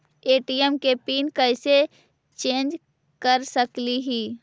ATM के pin कैसे change कर सकली ही?